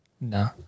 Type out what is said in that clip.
No